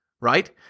right